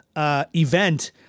Event